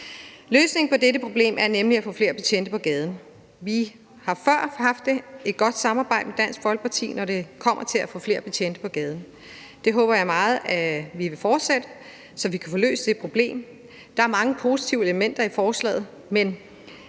Løsningen på dette problem er nemlig at få flere betjente på gaden. Vi har før haft et godt samarbejde med Dansk Folkeparti, når det kommer til at få flere betjente på gaden. Det håber jeg meget vil fortsætte, så vi kan få løst det problem. Der er mange positive elementer i forslaget, men